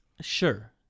sure